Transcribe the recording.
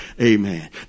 Amen